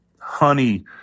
honey